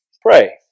pray